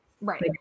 right